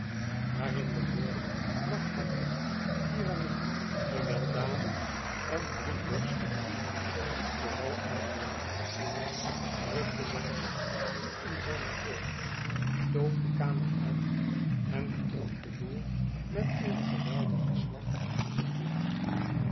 waarin de woorden lafhartig tiranniek gewelddadig en bloeddorstig vooral uitblonken drukte zijn hoed diep in zijne oogen stoof de kamer uit en trok de deur met een geweldigen slag achter zich dicht